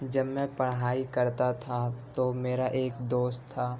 جب میں پڑھائی کرتا تھا تو میرا ایک دوست تھا